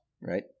right